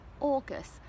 August